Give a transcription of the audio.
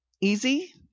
easy